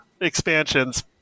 expansions